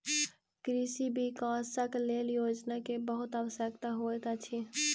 कृषि विकासक लेल योजना के बहुत आवश्यकता होइत अछि